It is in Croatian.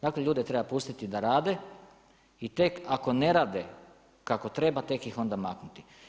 Takve ljude treba pustiti da rade i tek ako ne rade kako treba, tek ih onda maknuti.